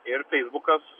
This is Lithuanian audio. ir feisbukas